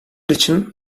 için